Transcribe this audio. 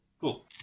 cool